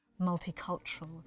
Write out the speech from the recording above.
multicultural